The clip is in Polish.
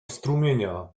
strumienia